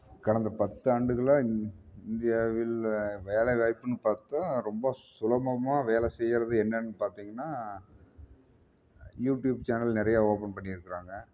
கடந்த பத்து ஆண்டுகளாக இந் இந்தியாவில் வேலைவாய்ப்புனு பார்த்தா ரொம்ப சுலபமாக வேலை செய்கிறது என்னென்னு பார்த்திங்கனா யூட்யூப் சேனல் நிறையா ஓப்பன் பண்ணி இருக்கிறாங்க